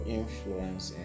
influence